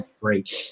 great